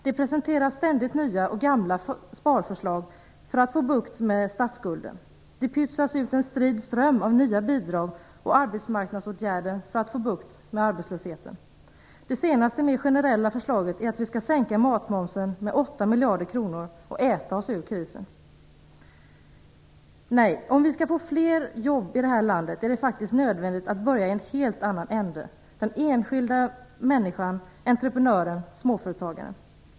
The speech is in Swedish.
Det presenteras ständigt nya och gamla sparförslag för att få bukt med statsskulden. Det pytsas ut en strid ström av nya bidrag och arbetsmarknadsåtgärder för att få bukt med arbetslösheten. Det senaste mer generella förslaget är att vi skall sänka matmomsen med 8 miljarder kronor och äta oss ur krisen. Om vi skall få fler jobb i det här landet är det faktiskt nödvändigt att börja i en helt annan ände, hos den enskilda människan, entreprenören, småföretagaren.